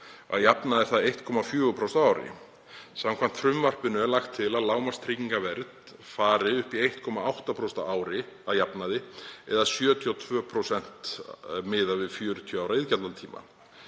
Að jafnaði er það 1,4% á ári. Samkvæmt frumvarpinu er lagt til að lágmarkstryggingavernd fari upp í 1,8% á ári að jafnaði eða 72% miðað við 40 ára iðgjaldatíma.